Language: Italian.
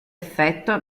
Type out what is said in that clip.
effetto